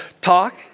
talk